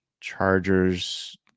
Chargers